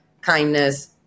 kindness